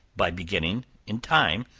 by beginning in time,